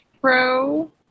Pro